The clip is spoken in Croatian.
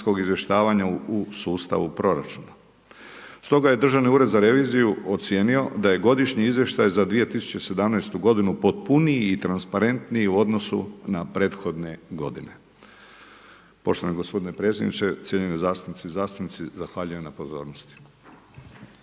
izvještavanja u sustavu proračuna. Stoga je Državni ured za reviziju ocijenio da je godišnji izvještaj za 2017. potpuniji i transparentniji u odnosu na prethodne g. Poštovani g. predsjedniče, cijenjene zastupnice i zastupnici zahvaljujem na pozornosti.